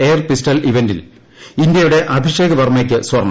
air pistol ഈവന്റിൽ ഇന്ത്യയുടെ അഭിഷേക് വർമ്മയ്ക്ക് സ്ഥർണം